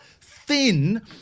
thin